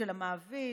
של המעביד?